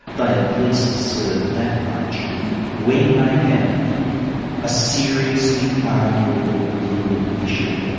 they at least deserve that much when they have a seriously arguable legal issue,